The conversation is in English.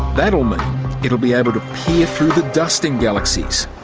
that will mean it will be able to peer through the dust in galaxies.